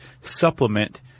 supplement